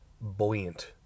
buoyant